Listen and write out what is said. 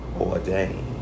ordained